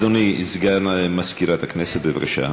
אדוני, סגן מזכירת הכנסת, בבקשה.